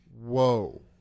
whoa